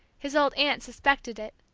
his old aunt suspected it,